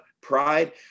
pride